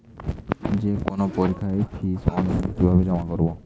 যে কোনো পরীক্ষার ফিস অনলাইনে কিভাবে জমা করব?